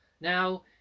Now